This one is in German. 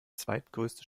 zweitgrößte